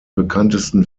bekanntesten